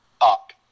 up